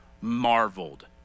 marveled